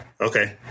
Okay